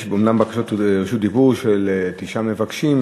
יש אומנם בקשות לרשות דיבור של תשעה מבקשים,